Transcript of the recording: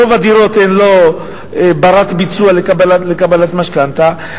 רוב הדירות הן לא בנות-ביצוע לקבלת משכנתה.